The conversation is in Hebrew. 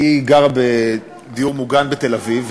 היא גרה בדיור מוגן בתל-אביב,